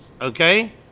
okay